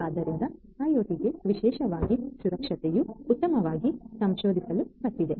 ಆದ್ದರಿಂದ ಐಒಟಿಗೆ ವಿಶೇಷವಾಗಿ ಸುರಕ್ಷತೆಯು ಉತ್ತಮವಾಗಿ ಸಂಶೋಧಿಸಲ್ಪಟ್ಟಿದೆ